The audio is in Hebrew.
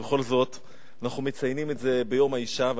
ובכל זאת אנחנו מציינים את זה ביום האשה.